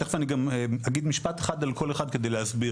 תכף אני גם אגיד משפט אחד על כל אחד כדי להסביר.